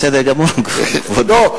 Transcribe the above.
בסדר גמור, כבודו.